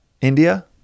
india